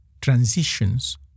transitions